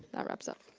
that wraps up.